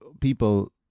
people